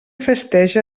festeja